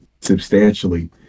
substantially